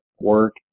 work